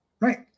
Right